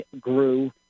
grew